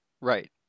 Right